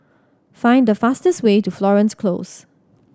find the fastest way to Florence Close